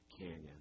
Canyon